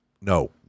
no